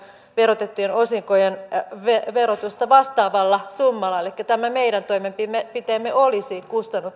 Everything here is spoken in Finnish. verotettujen osinkojen verotusta vastaavalla summalla elikkä tämä meidän toimenpiteemme olisi